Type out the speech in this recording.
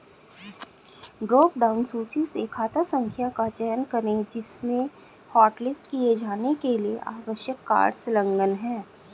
drop down सूची से खाता संख्या का चयन करें जिसमें हॉटलिस्ट किए जाने के लिए आवश्यक कार्ड संलग्न है